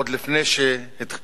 עוד לפני שהתחילה.